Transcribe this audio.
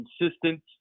consistent